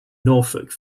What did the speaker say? norfolk